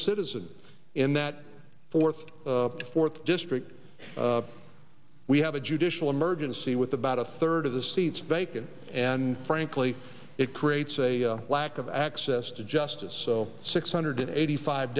citizen in that fourth fourth district we have a judicial emergency with about a third of the seats vacant and frankly it creates a lack of access to justice so six hundred eighty five